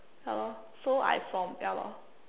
ya lor so I from ya lor